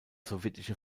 sowjetische